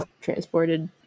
transported